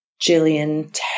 Jillian